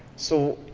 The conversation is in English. so,